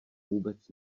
vůbec